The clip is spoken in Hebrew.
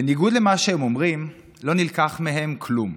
בניגוד למה שהם אומרים, לא נלקח מהם כלום.